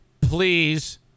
Please